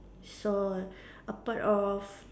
so a part of